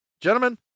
gentlemen